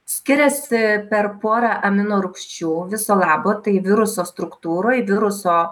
skiriasi per porą amino rūgščių viso labo tai viruso struktūroj viruso